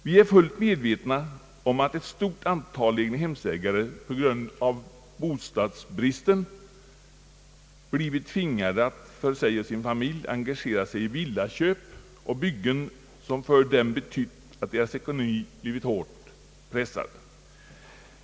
Vi är fullt medvetna om att ett stort antal egnahemsägare på grund av bostadsbristen blivit tvingade att för sig och sin familj engagera sig i villaköp och byggen, som för dem betytt att deras ekonomi blivit hårt pressad.